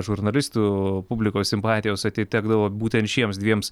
žurnalistų publikos simpatijos atitekdavo būtent šiems dviems